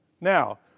Now